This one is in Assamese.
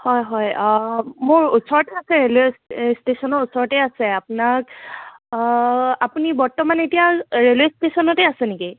হয় হয় মোৰ ওচৰতে আছে ৰে'লৱে ষ্টেচনৰ ওচৰতে আছে আপোনাক আপুনি বৰ্তমান এতিয়া ৰেলৱে ষ্টেচনতে আছে নেকি